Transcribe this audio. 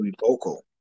vocal